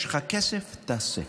יש לך כסף, תעשה.